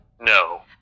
No